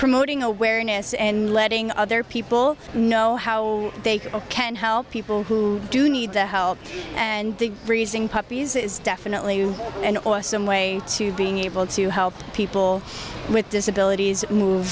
promoting awareness and letting other people know how they can help people who do need the help and the freezing puppies is definitely an awesome way to being able to help people with disabilities move